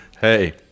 Hey